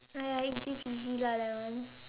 !aiya! easy peasy lah that one